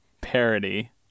parody